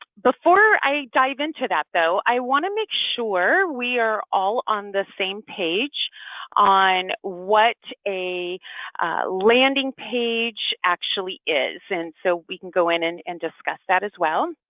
before i dive into that, though, i wanna make sure we are all on the same page on what a landing page actually is. and so we can go in and and discuss that as well.